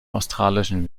australischen